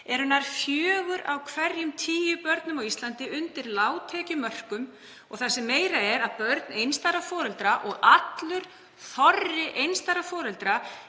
eru nærri fjögur af hverjum tíu börnum á Íslandi undir lágtekjumörkum og það sem meira er, börn einstæðra foreldra og allur þorri einstæðra foreldra